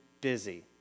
busy